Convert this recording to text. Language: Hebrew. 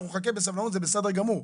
אנחנו נחכה בסבלנות וזה בסדר גמור,